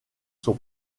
son